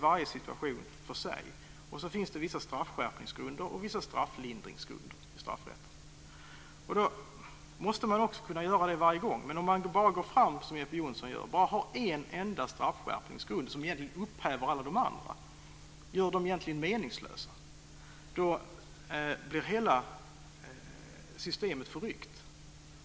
Varje situation måste ses för sig, och det finns vissa straffskärpningsgrunder och vissa strafflindringsgrunder i straffrätten. Om man som Jeppe Johnsson bara har en enda straffskärpningsgrund, som egentligen upphäver alla de andra och gör dem meningslösa, blir hela systemet förryckt.